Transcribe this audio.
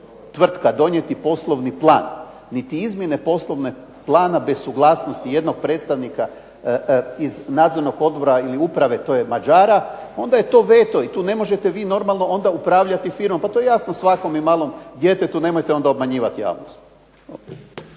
tvrtka donijeti poslovni plan, niti izmjene poslovnog plana bez suglasnosti jednog predstavnika iz nadzornog odbora ili uprave to je Mađara, onda je to veto i tu ne možete vi normalno onda upravljati firmom, pa to je jasno svakome, i malom djetetu, nemojte onda obmanjivati javnost.